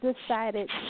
decided